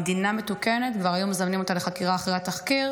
במדינה מתוקנת כבר היו מזמנים אותה לחקירה אחרי התחקיר,